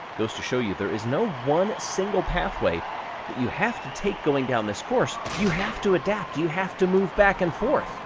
goes to show you there is no one single pathway that you have to take going down this course. you have to adapt you have to move back and forth.